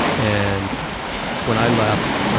and when i left